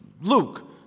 Luke